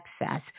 excess